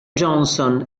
johnson